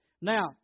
Now